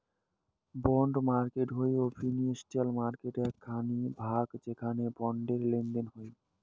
bond market হই financial মার্কেটের এক খানি ভাগ যেখানে বন্ডের লেনদেন হই